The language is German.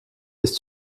ist